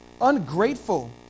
ungrateful